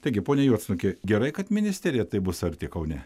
taigi pone juodsnuki gerai kad ministerija taip bus arti kaune